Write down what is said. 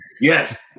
Yes